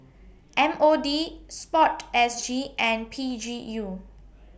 M O D Sport S G and P G U